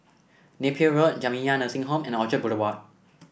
Napier Road Jamiyah Nursing Home and Orchard Boulevard